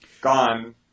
gone